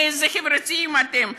איזה חברתיים אתם?